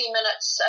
Minutes